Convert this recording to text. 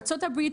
בארצות הברית,